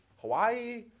Hawaii